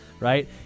Right